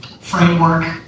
framework